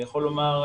אני יכול לומר,